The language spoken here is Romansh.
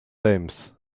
temps